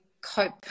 cope